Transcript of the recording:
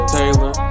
Taylor